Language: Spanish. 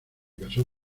casó